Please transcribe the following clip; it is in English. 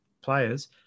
players